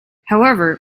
however